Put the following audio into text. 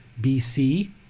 BC